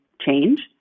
change